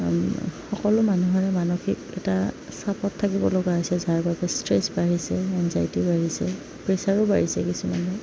সকলো মানুহৰে মানসিক এটা চাপত থাকিব লগা হৈছে যাৰ বাবে ষ্ট্ৰেছ বাঢ়িছে এনজাইটি বাঢ়িছে প্ৰেছাৰো বাঢ়িছে কিছুমানৰ